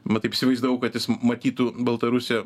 mat įsivaizdavau kad jis matytų baltarusiją